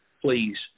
Please